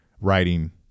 writing